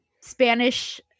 Spanish